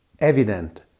evident